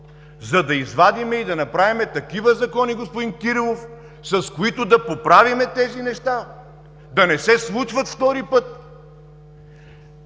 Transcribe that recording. за да извадим и направим такива закони, господин Кирилов, с които да поправим тези неща, да не се случват втори път!